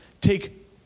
Take